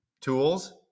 tools